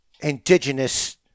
indigenous